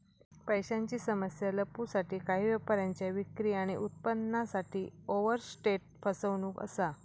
पैशांची समस्या लपवूसाठी काही व्यापाऱ्यांच्या विक्री आणि उत्पन्नासाठी ओवरस्टेट फसवणूक असा